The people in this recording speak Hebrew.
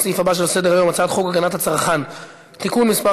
לסעיף הבא שעל סדר-היום: הצעת חוק הגנת הצרכן (תיקון מס'